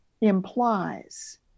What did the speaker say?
implies